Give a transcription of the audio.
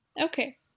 Okay